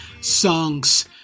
songs